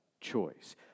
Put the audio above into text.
choice